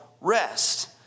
rest